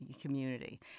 community